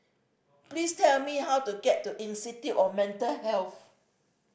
please tell me how to get to Institute of Mental Health